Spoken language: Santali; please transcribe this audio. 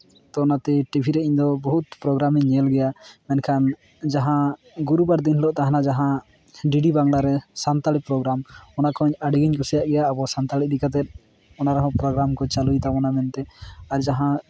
ᱛᱚ ᱚᱱᱟ ᱛᱮ ᱴᱤᱵᱷᱤ ᱨᱮ ᱤᱧ ᱫᱚ ᱵᱚᱦᱩᱛ ᱯᱨᱳᱜᱨᱟᱢᱤᱧ ᱧᱮᱞ ᱜᱮᱭᱟ ᱢᱮᱱᱠᱷᱟᱱ ᱡᱟᱦᱟᱸ ᱜᱩᱨᱩ ᱵᱟᱨ ᱫᱤᱱ ᱦᱤᱞᱳᱜ ᱛᱟᱦᱮᱱᱟ ᱡᱟᱦᱟᱸ ᱰᱤᱰᱤ ᱵᱟᱝᱞᱟ ᱨᱮ ᱥᱟᱱᱛᱟᱲᱤ ᱯᱨᱳᱜᱨᱟᱢ ᱚᱱᱟ ᱠᱚᱦᱚᱸ ᱟᱹᱰᱤᱜᱮᱧ ᱠᱩᱥᱤᱭᱟᱜ ᱜᱮᱭᱟ ᱟᱵᱚ ᱥᱟᱱᱛᱟᱲ ᱤᱫᱤ ᱠᱟᱛᱮ ᱚᱱᱟ ᱨᱮᱦᱚᱸ ᱯᱨᱳᱜᱨᱟᱢ ᱠᱚ ᱪᱟᱹᱞᱩᱭ ᱛᱟᱵᱚᱱᱟ ᱢᱮᱱᱛᱮ ᱟᱨ ᱡᱟᱦᱟᱸ